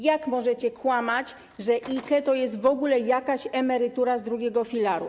Jak możecie kłamać, że IKE to jest w ogóle jakaś emerytura z drugiego filaru?